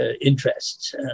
interests